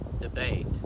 debate